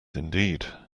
indeed